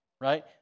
Right